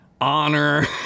honor